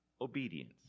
obedience